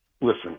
Listen